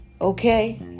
okay